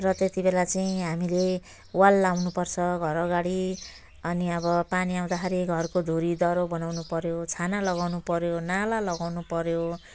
र त्यति बेला चाहिँ हामीले वाल लगाउनु पर्छ घर अगाडि अनि अब पानी आउँदाखेरि घरको धुरी दह्रो बनाउनु पऱ्यो छाना लगाउनु पऱ्यो नाला लगाउनु पऱ्यो